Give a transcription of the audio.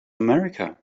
america